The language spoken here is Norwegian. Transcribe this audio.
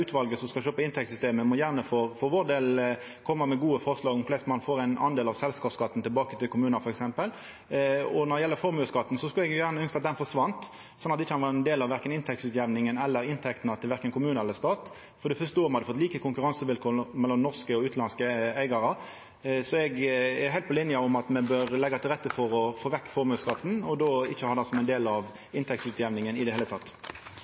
utvalet som skal sjå på inntektssystemet, må gjerne for vår del koma med gode forslag til korleis ein får ein del av selskapsskatten tilbake til kommunar, f.eks. Når det gjeld formuesskatten, skulle eg gjerne ønskt at han forsvann, sånn at han ikkje var ein del av verken inntektsutjamninga eller inntektene til kommune eller stat, for det er fyrst då me hadde fått like konkurransevilkår mellom norske og utanlandske eigarar. Så eg er heilt på linje om at me bør leggja til rette for å få vekk formuesskatten, og då ikkje ha han som ein del av inntektsutjamninga i det heile.